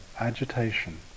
agitation